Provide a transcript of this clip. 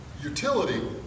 utility